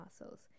muscles